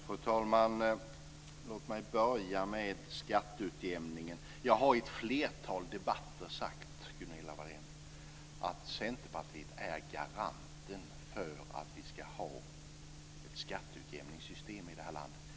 Fru talman! Låt mig börja med skatteutjämningen. Jag har i ett flertal debatter sagt att Centerpartiet är garanten för att vi ska ha ett skatteutjämningssystem i det här landet.